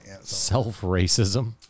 self-racism